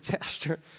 Pastor